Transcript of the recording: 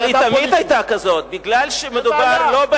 אבל היא תמיד היתה כזאת, זאת בעיה.